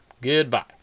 Goodbye